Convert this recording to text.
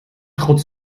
traut